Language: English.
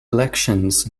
elections